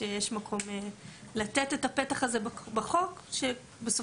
שיש מקום לתת את הפתח הזה בחוק שבסופו